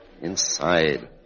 inside